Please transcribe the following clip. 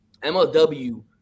MLW